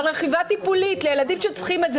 אבל רכיבה טיפולית לילדים שצריכים את זה